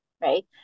right